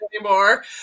anymore